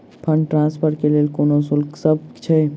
Fund transfer केँ लेल कोनो शुल्कसभ छै?